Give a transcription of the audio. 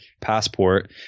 passport